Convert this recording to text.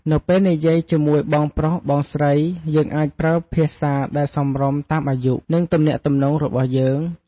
នៅពេលនិយាយជាមួយ បងប្រុស បងស្រី យើងអាចប្រើភាសាដែលសមរម្យតាមអាយុ និងទំនាក់ទំនងរបស់យើង។